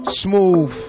smooth